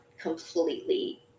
completely